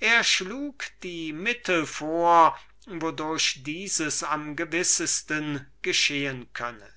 er schlug die mittel vor wodurch dieses am gewissesten geschehen könne und